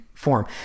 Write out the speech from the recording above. form